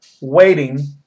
waiting